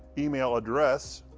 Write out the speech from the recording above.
email address